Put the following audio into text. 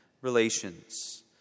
relations